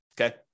Okay